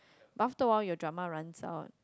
but after awhile your drama runs out